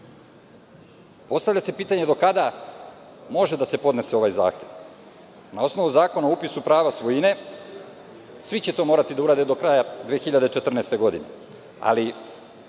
se pitanje – do kada može da se podnese ovaj zahtev? Na osnovu Zakona o upisu prava svojine svi će to morati da urade do kraja 2014. godine,